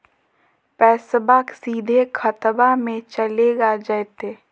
पैसाबा सीधे खतबा मे चलेगा जयते?